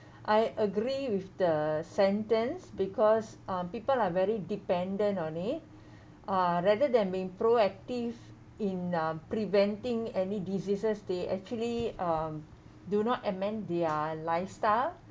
I agree with the sentence because um people are very dependent on it uh rather than be proactive in uh preventing any diseases they actually um do not amend their lifestyle